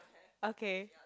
okay